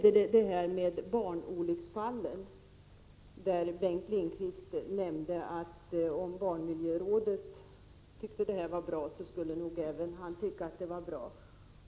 Sedan till frågan om barnolycksfallen, där Bengt Lindqvist nämnde att om barnmiljörådet tyckte att detta var bra så skulle nog även han tycka att det var bra.